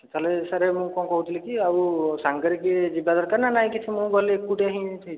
ତା'ହେଲେ ସାର୍ ମୁଁ କ'ଣ କହୁଥିଲି କି ଆଉ ସାଙ୍ଗରେ କିଏ ଯିବା ଦରକାର ନା ନାହିଁ କିଛି ମୁଁ ଗଲେ ଏକୁଟିଆ ହିଁ ହେଇଯିବ